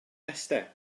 esther